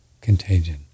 Contagion